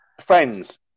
Friends